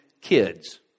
kids